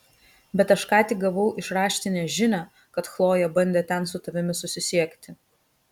bet aš ką tik gavau iš raštinės žinią kad chlojė bandė ten su tavimi susisiekti